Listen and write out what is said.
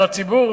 הציבור